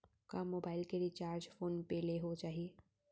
का मोबाइल के recharge PhonePe ले हो जाही?